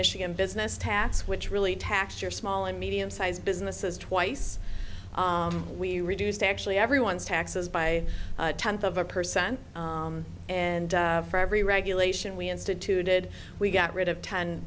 michigan business tax which really taxed your small and medium sized businesses twice we reduced actually everyone's taxes by a tenth of a percent and for every regulation we instituted we got rid of ten